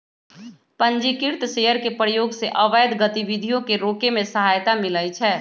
पंजीकृत शेयर के प्रयोग से अवैध गतिविधियों के रोके में सहायता मिलइ छै